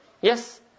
Yes